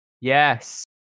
Yes